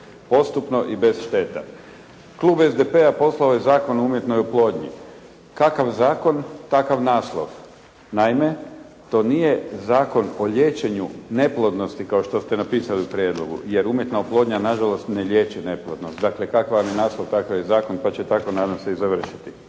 Postupno i bez šteta. Klub SDP-a poslao je Zakon o umjetnoj oplodnji. Kakav zakon takav naslov. Naime to nije Zakon o liječenju neplodnosti kao što ste napisali u prijedlogu jer umjetna oplodnja nažalost ne liječi neplodnost. Dakle kakav vam je naslov takav je i zakon pa će tako nadam se i završiti.